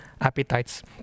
appetites